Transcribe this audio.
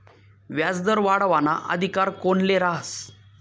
व्याजदर वाढावाना अधिकार कोनले रहास?